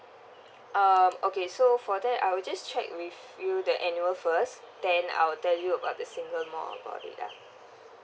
um okay so for that I'll just check with you the annual first then I'll tell you about the single more about it lah